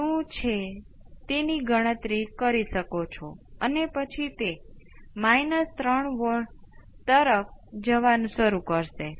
હવે ફરીથી મેટ્રિક્સના વેક્ટર તે વેક્ટર એ છે જેના માટે પરિવર્તન માત્ર પરિમાણમાં છે દિશામાં નહીં